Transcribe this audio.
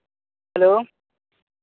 hello